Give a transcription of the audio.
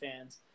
fans